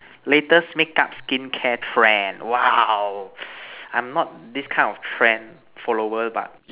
latest make up skincare trend !wow! I'm not this kind of trend follower but